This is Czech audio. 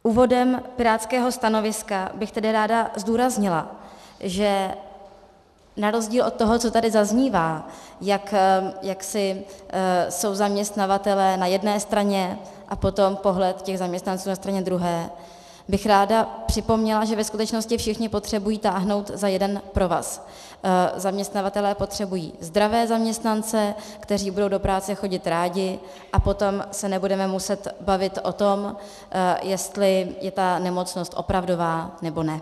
Úvodem krátkého stanoviska bych tedy ráda zdůraznila, že na rozdíl od toho, co tady zaznívá, jak jsou zaměstnavatelé na jedné straně a pohled zaměstnanců na straně druhé, bych ráda připomněla, že ve skutečnosti všichni potřebují táhnout za jeden provaz, zaměstnavatelé potřebují zdravé zaměstnance, kteří budou do práce chodit rádi, a potom se nebudeme muset bavit o tom, jestli je ta nemocnost opravdová, nebo ne.